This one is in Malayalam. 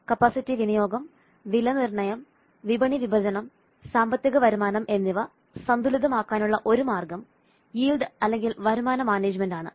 കപ്പാസിറ്റിവിനിയോഗം വിലനിർണ്ണയം വിപണി വിഭജനം സാമ്പത്തിക വരുമാനം എന്നിവ സന്തുലിതമാക്കാനുള്ള ഒരു മാർഗ്ഗം യീൽഡ് അല്ലെങ്കിൽ വരുമാന മാനേജ്മെന്റ് ആണ്